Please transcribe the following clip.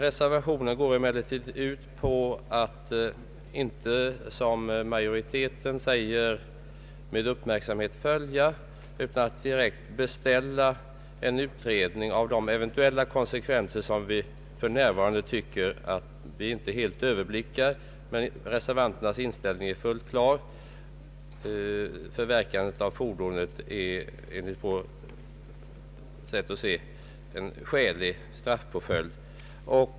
Utskottet förutsätter att ”frågan följes med uppmärksamhet”, men reservationen går ut på att man skall direkt beställa en utredning om de eventuella konsekvenser som man för närvarande inte tycker sig kunna helt överblicka. Reservanternas inställning är fullt klar. Förverkandet av fordonet är enligt vårt sätt att se en skälig straffpåföljd.